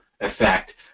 effect